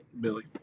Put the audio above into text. Billy